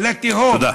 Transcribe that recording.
תודה.